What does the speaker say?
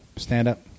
Stand-up